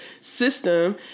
system